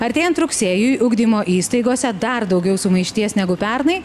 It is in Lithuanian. artėjant rugsėjui ugdymo įstaigose dar daugiau sumaišties negu pernai